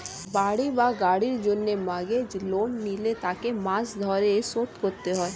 বাড়ি বা গাড়ির জন্য মর্গেজ লোন নিলে তাকে মাস ধরে শোধ করতে হয়